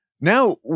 Now